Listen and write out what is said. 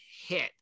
hit